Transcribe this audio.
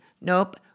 Nope